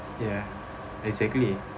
ya exactly